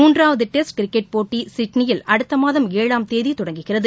மூன்றாவது test cricket போட்டி சிட்னியில் அடுத்த மாதம் ஏழாம் தேதி தொடங்குகிறது